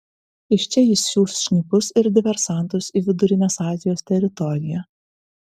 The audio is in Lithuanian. iš čia jis siųs šnipus ir diversantus į vidurinės azijos teritoriją